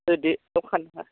होदो दखानफ्रा